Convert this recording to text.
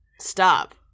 Stop